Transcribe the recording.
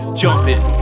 jumping